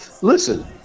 Listen